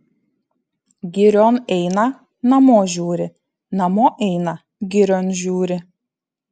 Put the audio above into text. girion eina namo žiūri namo eina girion žiūri